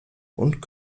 und